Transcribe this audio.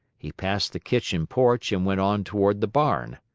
he passed the kitchen porch and went on toward the barn.